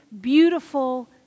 beautiful